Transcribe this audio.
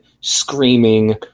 screaming